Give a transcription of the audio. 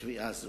בתביעה זו.